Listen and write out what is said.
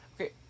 Okay